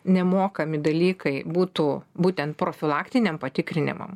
nemokami dalykai būtų būtent profilaktiniam patikrinimam